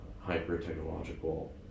hyper-technological